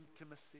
intimacy